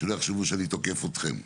שלא יחשבו שאני תוקף אתכם,